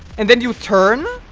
and then you turn